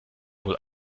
wohl